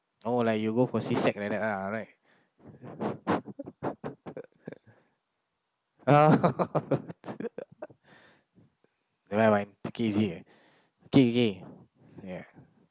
oh like you go for C-sec like that ah right uh am I right take it easy eh take it easy uh okay okay ya